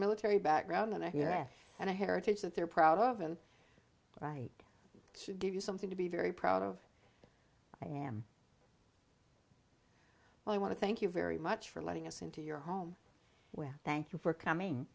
military background and a half and a heritage that they're proud of and right to give you something to be very proud of i am well i want to thank you very much for letting us into your home where thank you for coming